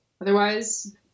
Otherwise